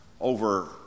over